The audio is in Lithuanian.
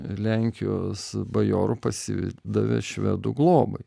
lenkijos bajorų pasidavė švedų globai